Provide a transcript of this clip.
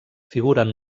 figuren